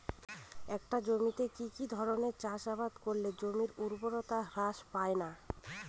একটা জমিতে কি কি ধরনের চাষাবাদ করলে জমির উর্বরতা হ্রাস পায়না?